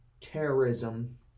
terrorism